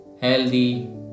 healthy